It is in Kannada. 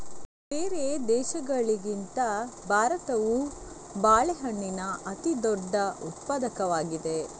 ಬೇರೆ ದೇಶಗಳಿಗಿಂತ ಭಾರತವು ಬಾಳೆಹಣ್ಣಿನ ಅತಿದೊಡ್ಡ ಉತ್ಪಾದಕವಾಗಿದೆ